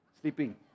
sleeping